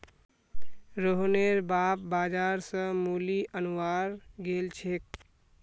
रोहनेर बाप बाजार स मूली अनवार गेल छेक